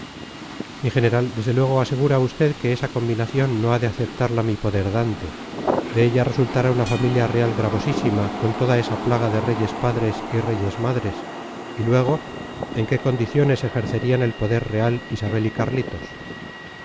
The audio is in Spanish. mi general desde luego aseguro a usted que esa combinación no ha de aceptarla mi poderdante de ella resultará una familia real gravosísima con toda esa plaga de reyes padres y reyes madres y luego en qué condiciones ejercerían el poder real isabel y carlitos